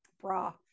bra